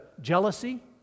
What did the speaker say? jealousy